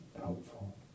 helpful